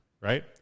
Right